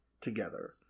together